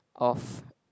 of